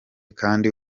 kandi